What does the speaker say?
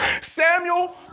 Samuel